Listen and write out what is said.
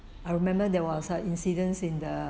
I remember there was a incident in the